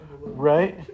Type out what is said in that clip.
right